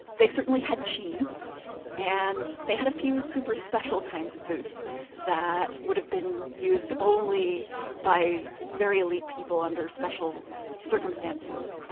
they certainly had cheese and they had a few super special kinds of foods that would have been used only by very elite people under special circumstances. ah